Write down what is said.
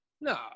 No